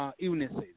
illnesses